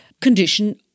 condition